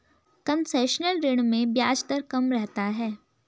concessional ऋण में ब्याज दर कम रहता है